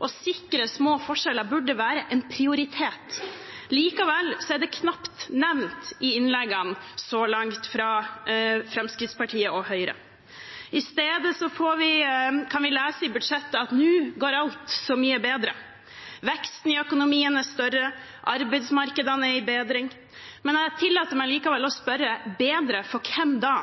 Å sikre små forskjeller burde være en prioritet. Likevel er det knapt nevnt i innleggene så langt fra Fremskrittspartiet og Høyre. I stedet kan vi lese i budsjettet at nå går alt så mye bedre – veksten i økonomien er større, arbeidsmarkedene er i bedring. Jeg tillater meg likevel å spørre: bedre for hvem da?